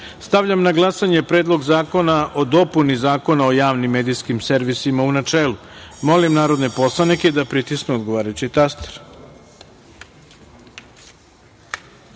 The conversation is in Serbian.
celini. Stavljam na glasanje Predlog zakona o dopuni Zakona o javnim medijskim servisima, u celini. Molim narodne poslanike da pritisnu odgovarajući